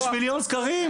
יש מיליון סקרים.